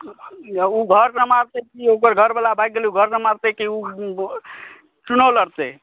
हँ ओ घरमे मारपीट की हुनकरा घरवला भागि गेलै ओ घरमे मारतै की ओ चुनाब लड़तै